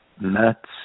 nuts